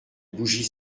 bougies